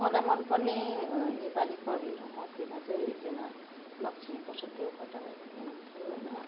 मलाई मनपर्ने नेपाली कविहरूमध्येमा चाहिँ एकजना लक्ष्मीप्रसाद देवकोटा हुनुहुन्थ्यो होइन